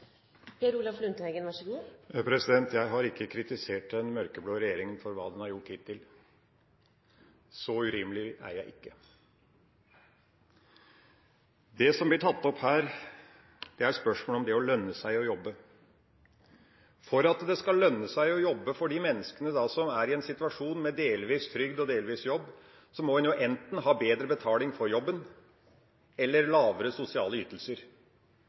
Jeg har ikke kritisert den mørkeblå regjeringa for hva den har gjort hittil. Så urimelig er jeg ikke. Det som blir tatt opp her, er spørsmålet om det skal lønne seg å jobbe. For at det skal lønne seg å jobbe for de menneskene som er i en situasjon med delvis trygd og delvis jobb, må en enten ha bedre betaling for jobben eller lavere sosiale ytelser.